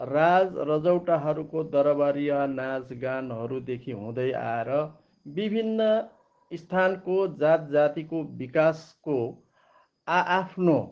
राज रजौटाहरूको दरवारीय नाँच गानहरूदेखि हुँदै आएर विभिन्न स्थानको जात जातिको विकासको आआफ्नो